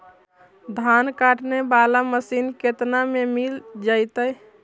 धान काटे वाला मशीन केतना में मिल जैतै?